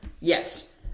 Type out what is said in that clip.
Yes